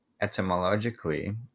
etymologically